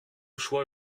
choix